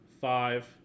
five